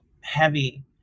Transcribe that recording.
heavy